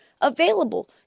available